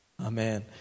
Amen